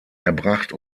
erbracht